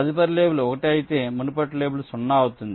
తదుపరి లేబుల్ 1 అయితే మునుపటి లేబుల్ 0 అవుతుంది